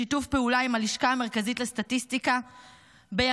בשיתוף פעולה עם הלשכה המרכזית לסטטיסטיקה בימים